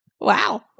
Wow